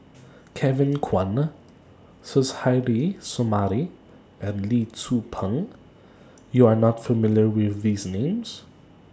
Kevin Kwan Suzairhe Sumari and Lee Tzu Pheng YOU Are not familiar with These Names